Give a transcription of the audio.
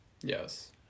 Yes